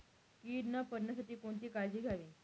कीड न पडण्यासाठी कोणती काळजी घ्यावी?